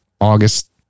August